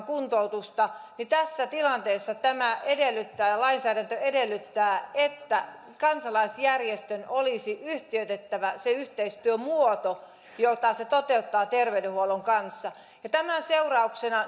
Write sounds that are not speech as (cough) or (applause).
(unintelligible) kuntoutusta niin tässä tilanteessa tämä lainsäädäntö edellyttää että kansalaisjärjestön olisi yhtiöitettävä se yhteistyömuoto jota se toteuttaa terveydenhuollon kanssa tämän seurauksena